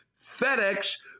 FedEx